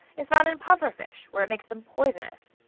is found in pufferfish, where it makes them poisonous.